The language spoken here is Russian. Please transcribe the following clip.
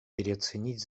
переоценить